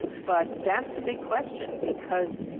but that's the big question because,